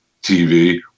TV